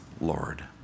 Lord